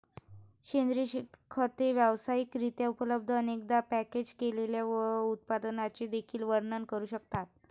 सेंद्रिय खते व्यावसायिक रित्या उपलब्ध, अनेकदा पॅकेज केलेल्या उत्पादनांचे देखील वर्णन करू शकतात